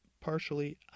partially